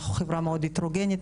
אנחנו חברה מאוד הטרוגנית,